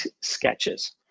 sketches